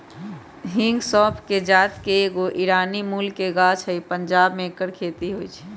हिंग सौफ़ कें जात के एगो ईरानी मूल के गाछ हइ पंजाब में ऐकर खेती होई छै